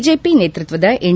BJP ನೇತೃತ್ವದ N